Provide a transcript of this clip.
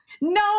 no